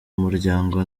umuryango